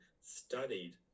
studied